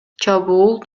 чабуул